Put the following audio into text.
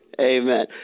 Amen